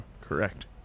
Correct